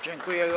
Dziękuję.